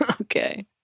Okay